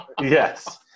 Yes